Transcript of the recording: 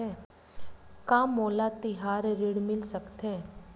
का मोला तिहार ऋण मिल सकथे?